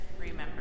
remember